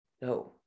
No